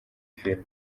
film